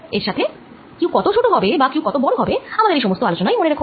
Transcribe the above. এর সাথে Q কত ছোট হবে বা Q কত বড় হবে আমাদের এই সমস্ত আলোচনা মনে রেখো